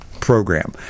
program